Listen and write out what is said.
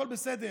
הכול בסדר,